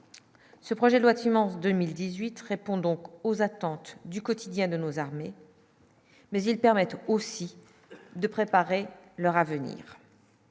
ce projet doit immense 2018 répond donc aux attentes du quotidien de nos armées. Mais ils permettent aussi de préparer leur avenir.